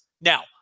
Now